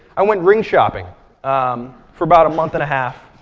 i went ring shopping for about a month and a half.